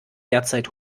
derzeit